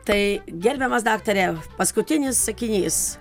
tai gerbiamas daktare paskutinis sakinys